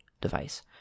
device